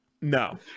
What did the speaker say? No